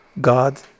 God